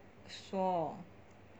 说